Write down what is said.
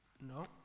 No